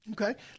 Okay